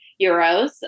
euros